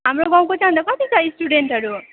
हाम्रो गाउँको चाहिँ अन्त कति छ स्टुडेन्टहरू